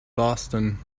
boston